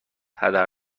هدر